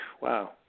wow